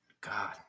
God